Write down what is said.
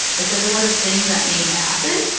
like there's a lot of things that need to happen,